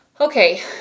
okay